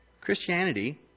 Christianity